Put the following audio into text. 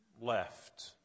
left